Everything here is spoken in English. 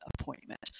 appointment